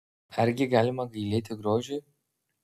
argi galima gailėti grožiui